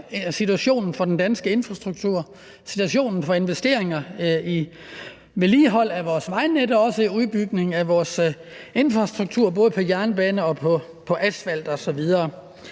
situationen for den danske infrastruktur, situationen for investeringer i vedligehold af vores vejnet og også udbygning af vores infrastruktur både på jernbane og på asfalt osv.